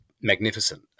magnificent